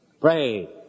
Pray